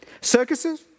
Circuses